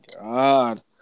god